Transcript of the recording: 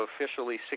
officially